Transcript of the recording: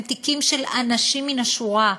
הם תיקים של אנשים מן השורה,